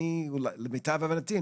למיטב הבנתי,